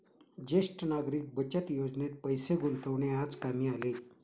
ज्येष्ठ नागरिक बचत योजनेत पैसे गुंतवणे आज कामी आले